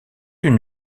une